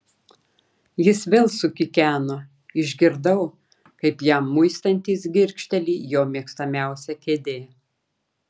jis vėl sukikeno išgirdau kaip jam muistantis girgžteli jo mėgstamiausia kėdė